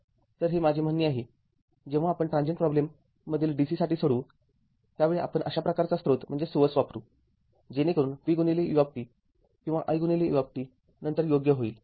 तर हे माझे म्हणणे आहे जेव्हा आपण ट्रांजीएंट प्रॉब्लेम मधील DC साठी सोडवू त्यावेळी आपण अशा प्रकारचा स्रोत वापरू जेणेकरून v ut किंवा i ut नंतर योग्य होईल